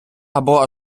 або